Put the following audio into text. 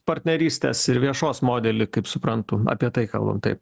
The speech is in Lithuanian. partnerystės ir viešos modelį kaip suprantu apie tai kalbam taip